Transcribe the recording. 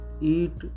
Eat